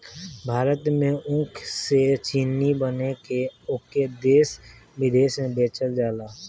भारत में ऊख से चीनी बना के ओके देस बिदेस में बेचल जाला